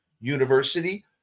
University